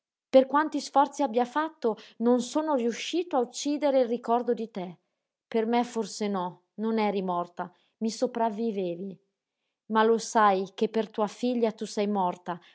per quanti sforzi abbia fatto non sono riuscito a uccidere il ricordo di te per me forse no non eri morta mi sopravvivevi ma lo sai che per tua figlia tu sei morta